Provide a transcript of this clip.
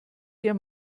dir